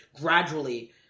gradually